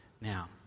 Now